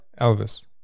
Elvis